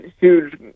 huge